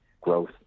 growth